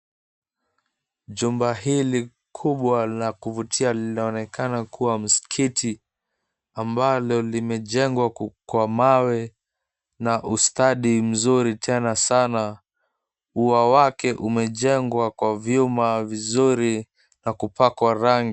Jumba hili kubwa la kuvutia linaonekana kuwa msikiti, ambalo limejengwa kwa mawe na ustadi mzuri tena sana. Ua wake umejengwa kwa vyuma vizuri na kupakwa rangi.